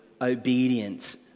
obedience